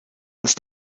ist